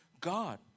God